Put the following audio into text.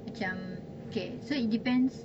macam okay so it depends